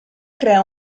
crea